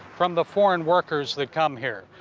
from the foreign workers that come here.